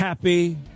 Happy